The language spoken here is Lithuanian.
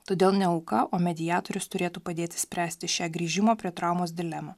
todėl ne auka o mediatorius turėtų padėti spręsti šią grįžimo prie traumos dilemą